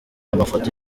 amafoto